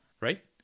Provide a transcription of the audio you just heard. right